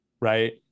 right